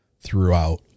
throughout